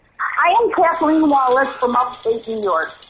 i am kathleen wallace from upstate new york.